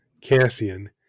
Cassian